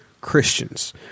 Christians